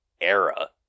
era